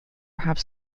have